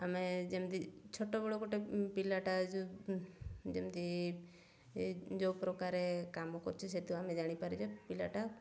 ଆମେ ଯେମିତି ଛୋଟବେଲୁ ଗୋଟେ ପିଲାଟା ଯେମିତି ଯେଉଁ ପ୍ରକାରେ କାମ କରୁଛି ସେଇଠୁ ଆମେ ଜାଣିପାରୁ ଯେ ପିଲାଟା